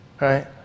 right